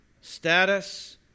status